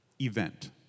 event